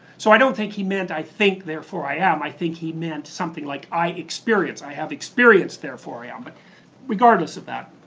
so i don't think he meant i think therefore i am, i think he meant something like i experience. i have experience, therefore i ah am. regardless of that,